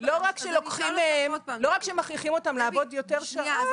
לא רק שמכריחים אותם לעבוד יותר שעות,